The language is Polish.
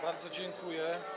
Bardzo dziękuję.